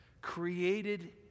Created